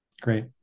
Great